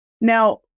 Now